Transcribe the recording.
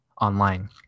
online